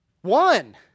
one